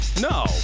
No